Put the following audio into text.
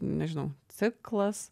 nežinau ciklas